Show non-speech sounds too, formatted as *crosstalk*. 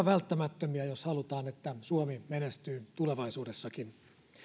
*unintelligible* välttämättömiä jos halutaan että suomi menestyy tulevaisuudessakin